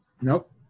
Nope